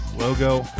logo